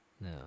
No